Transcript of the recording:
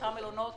אותם מלונות